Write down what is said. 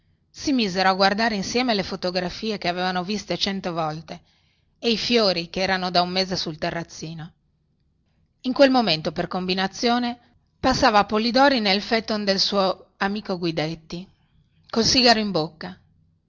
si misero a guardare insieme le fotografie che avevano viste cento volte e i fiori che erano da un mese sul terrazzino in quel momento per combinazione passava polidori nel phaeton del suo amico guidetti col sigaro in bocca